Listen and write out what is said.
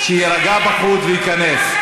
שיירגע בחוץ וייכנס.